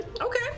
Okay